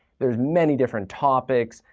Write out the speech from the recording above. there's many different topics,